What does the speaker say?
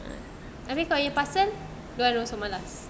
tapi kau nya parcel don't want also malas